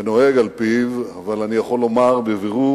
ונוהג על-פיו, אבל אני יכול לומר בבירור